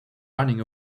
running